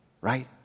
Right